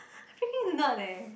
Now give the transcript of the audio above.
I freaking nerd eh